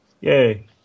yay